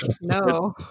No